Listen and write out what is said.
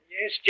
Yes